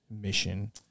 mission